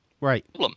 Right